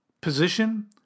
position